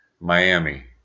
Miami